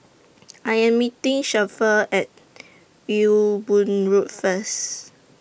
I Am meeting Shafter At Ewe Boon Road First